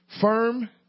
firm